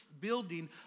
building